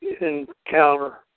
encounter